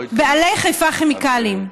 בעלי חיפה כימיקלים.